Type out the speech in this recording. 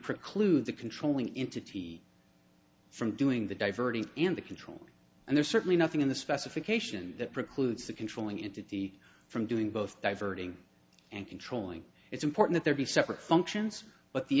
preclude the controlling into t from doing the diverting and the control and there's certainly nothing in the specification that precludes the controlling into the from doing both diverting and controlling it's important there be separate functions but the